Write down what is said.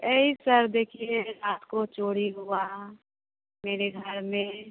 ये सब देखिए रात को चोरी हुआ मेरे घर में